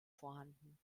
vorhanden